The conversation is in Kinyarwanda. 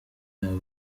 yawe